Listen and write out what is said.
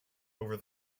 over